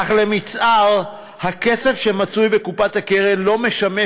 אך מצער שהכסף שמצוי בקופת הקרן לא משמש